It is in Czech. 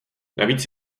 navíc